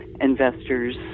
investors